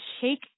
shake